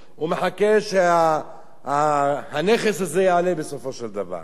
הוא מחכה שערך הנכס הזה יעלה בסופו של דבר.